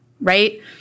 right